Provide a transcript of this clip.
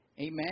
Amen